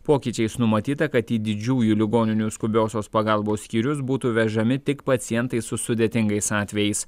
pokyčiais numatyta kad į didžiųjų ligoninių skubiosios pagalbos skyrius būtų vežami tik pacientai su sudėtingais atvejais